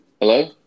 Hello